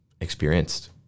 experienced